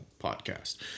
Podcast